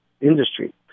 industry